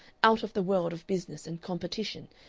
out of the world of business and competition,